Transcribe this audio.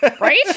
Right